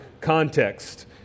context